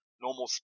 normal